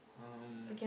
um